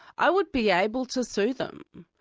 i would be able to sue them.